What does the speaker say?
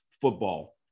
football